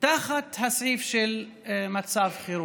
תחת הסעיף של מצב חירום.